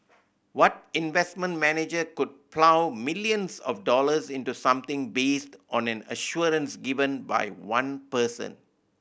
what investment manager could plough millions of dollars into something based on an assurance given by one person